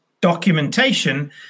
documentation